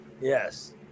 Yes